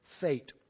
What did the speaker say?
fate